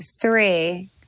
three